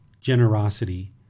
Generosity